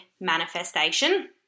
manifestation